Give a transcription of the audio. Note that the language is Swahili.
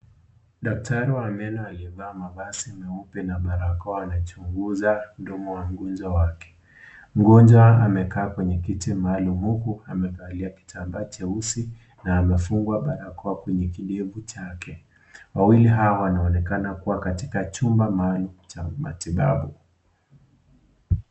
Daktari wa meno aliyevaa mavazi nyeupe na barakoa anachunguza mdomo wa mgonjwa wake. Mgonjwa amekaa kwenye kiti maalum huku amekalia kitanda cheusi na amefungwa barakoa kwenye kidevu chake. Wawili hawa wanaonekana kuwa katika chumba maalum cha matibabu.